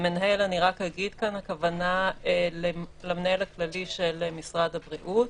המנהל הכוונה היא למנהל הכללי של משרד הבריאות